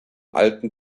alten